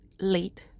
late